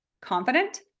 confident